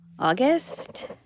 August